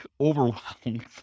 overwhelmed